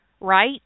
Right